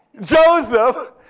Joseph